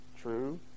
True